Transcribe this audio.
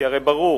כי הרי ברור